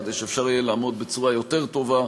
כדי שאפשר יהיה לעמוד בצורה יותר טובה